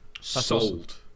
sold